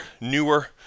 newer